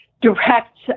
direct